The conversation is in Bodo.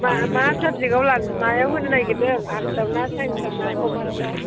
मा मा साबजेक्टआव लागोन मायाव होनो नागिरदों आर्थ्सआवना सायन्सआवना कमार्सआव